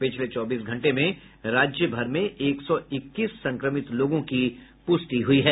पिछले चौबीस घंटे में राज्य भर में एक सौ इक्कीस संक्रमित लोगों की पुष्टि हुई है